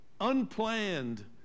unplanned